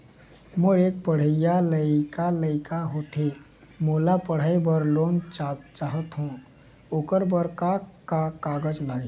मेहर एक पढ़इया लइका लइका होथे मोला पढ़ई बर लोन चाहथों ओकर बर का का कागज लगही?